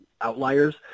outliers